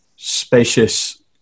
Spacious